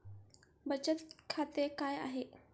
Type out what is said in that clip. बचत खाते काय आहे?